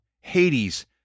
Hades